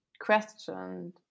questioned